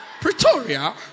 Pretoria